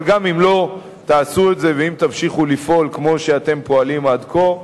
אבל גם אם לא תעשו את זה ואם תמשיכו לפעול כמו שאתם פועלים עד כה,